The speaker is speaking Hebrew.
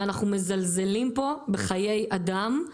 ואנחנו מזלזלים פה בחיי אדם,